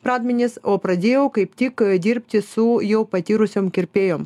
pradmenis o pradėjau kaip tik dirbti su jau patyrusiom kirpėjom